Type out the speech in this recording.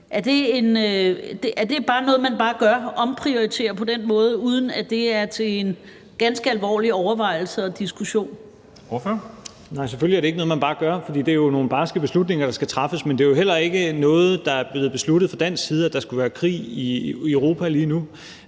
Er det noget, man bare gør, altså omprioriterer på den måde, uden at have en ganske alvorlig overvejelse og diskussion? Kl. 13:48 Formanden (Henrik Dam Kristensen): Ordføreren. Kl. 13:48 Rasmus Stoklund (S): Nej, selvfølgelig er det ikke noget, man bare gør, for det er jo nogle barske beslutninger, der skal træffes; men det er jo heller ikke noget, der er blevet besluttet fra dansk side, altså at der skulle være krig i Europa lige nu;